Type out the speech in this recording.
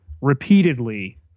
repeatedly